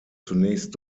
zunächst